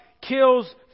kills